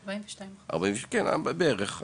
42%. כן, בערך.